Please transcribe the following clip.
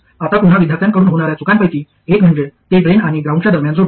आता पुन्हा विद्यार्थ्यांकडून होणार्या चुकांपैकी एक म्हणजे ते ड्रेन आणि ग्राउंडच्या दरम्यान जोडणे